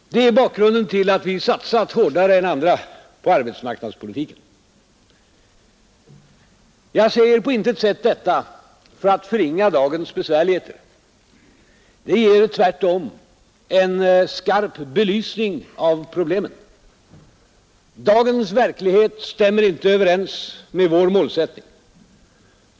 Det är bakgrunden till att vi satsat hårdare än andra på arbetsmarknadspolitiken. Jag säger på intet sätt detta för att förringa dagens besvärligheter. Det ger tvärtom en skarp belysning av problemen. Dagens verklighet stämmer inte överens med vår målsättning.